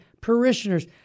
parishioners